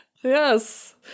Yes